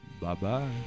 bye-bye